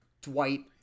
Dwight